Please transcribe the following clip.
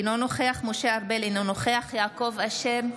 אינו נוכח משה ארבל, אינו נוכח יעקב אשר,